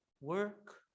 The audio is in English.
work